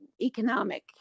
economic